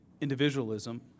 individualism